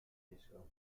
disco